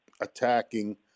Attacking